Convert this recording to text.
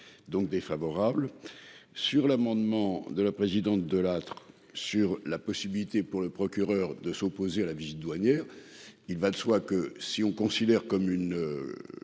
Donc défavorable sur l'amendement de la présidente de Lattre. Sur la possibilité pour le procureur de s'opposer à la visite douanières. Il va de soi que si on considère comme une.